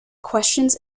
questions